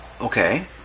okay